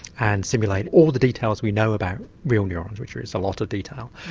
and simulate all the details we know about real neurons, which is a lot of detail,